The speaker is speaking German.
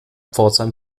pforzheim